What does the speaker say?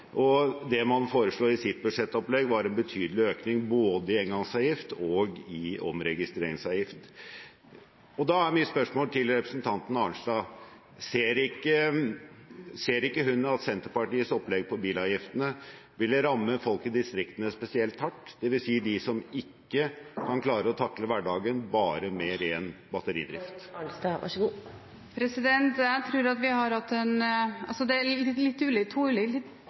og det man foreslo i deres budsjettopplegg, var en betydelig økning både i engangsavgift og i omregistreringsavgift. Da er mitt spørsmål til representanten Arnstad: Ser ikke hun at Senterpartiets opplegg på bilavgiftene ville ramme folk i distriktene spesielt hardt, dvs. de som ikke kan klare å takle hverdagen bare med ren batteribil? Det er to litt ulike ting. Det ene er den omleggingen vi har hatt et bredt flertall bak i Stortinget, som gjelder mer miljøvennlige biler. Jeg tror det